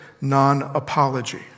non-apology